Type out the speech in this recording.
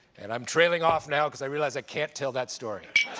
and i'm trailing off now because i realize i can't tell that story.